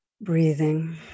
Breathing